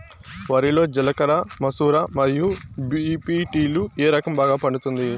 వరి లో జిలకర మసూర మరియు బీ.పీ.టీ లు ఏ రకం బాగా పండుతుంది